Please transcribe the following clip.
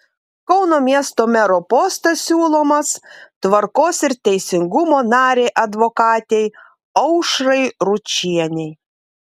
kauno miesto mero postas siūlomas tvarkos ir teisingumo narei advokatei aušrai ručienei